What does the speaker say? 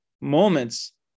moments